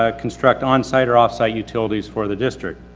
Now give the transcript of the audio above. ah construct onsite or offsite utilities for the district.